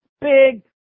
Big